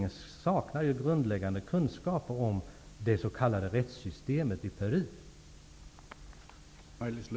Det har Amnesty anklagat regeringen för bl.a. i ett brev från den 6 april.